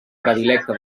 predilecte